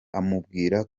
amubwira